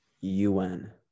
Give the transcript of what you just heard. UN